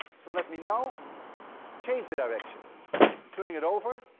so let me now change the direction. i'm turning it over